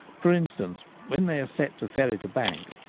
for instance, when they are set to ferret a bank,